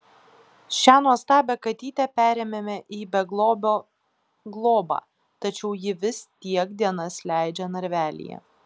šią nuostabią katytę perėmėme į beglobio globą tačiau ji vis tiek dienas leidžia narvelyje